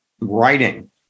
writing